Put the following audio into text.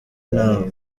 nta